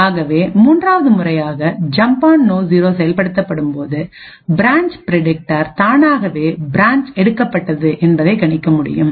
ஆகவே 3 வது முறையாக ஜம்ப் ஆண் நோ ஜீரோசெயல்படுத்தப்படும் போது பிரான்ச் பிரடிக்டார்தானாகவே பிரான்ச்எடுக்கப்பட்டது என்பதனை கணிக்க முடியும்